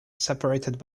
separated